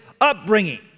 upbringing